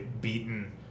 beaten